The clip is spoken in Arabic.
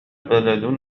بلد